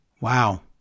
Wow